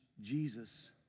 Jesus